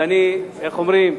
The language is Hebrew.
ואני, איך אומרים,